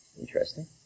Interesting